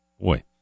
boy